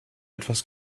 etwas